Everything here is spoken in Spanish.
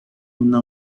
una